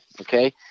Okay